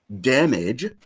Damage